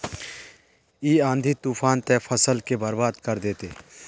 इ आँधी तूफान ते फसल के बर्बाद कर देते?